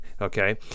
Okay